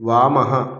वामः